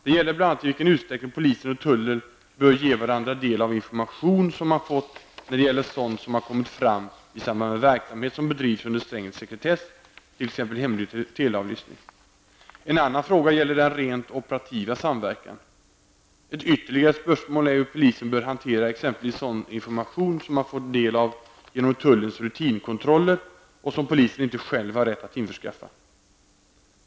Det gäller bl.a. i vilken utsträckning polisen och tullen bör ge varandra del av information som man fått när det gäller sådant som har kommit fram i samband med verksamhet som bedrivs under sträng sekretess, t.ex. hemlig teleavlyssning. En annan fråga gäller den rent operativa samverkan. Ett ytterligare spörsmål är hur polisen bör hantera exempelvis sådan information som man får del av genom tullens rutinkontroller och som polisen inte själv har rätt att införskaffa.